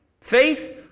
faith